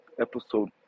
episode